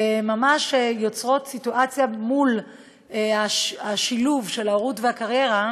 ממש יוצרות סיטואציה, השילוב של ההורות והקריירה: